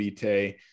Vite